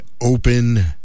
open